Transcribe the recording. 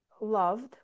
loved